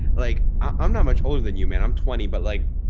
like, i'm not much older than you, man. i'm twenty. but like,